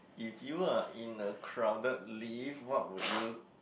if you are in a crowded lift what would you